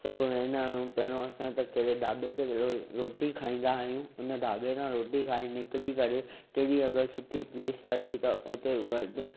सभु वेंदा आहियूं पहिरों असां त कहिड़े ढाॿे ते रोटी खाईंदा आहियूं उन ढाॿे तां रोटी खाई निकिरी करे कहिड़ी अगरि सुठी प्लेस लॻी त उते गॾु